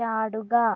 ചാടുക